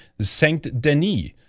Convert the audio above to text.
Saint-Denis